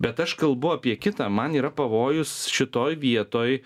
bet aš kalbu apie kitą man yra pavojus šitoj vietoj